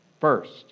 First